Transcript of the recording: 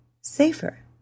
Safer